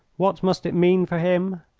what must it mean for him?